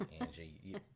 Angie